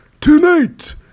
Tonight